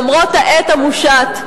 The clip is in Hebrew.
למרות העט המושט,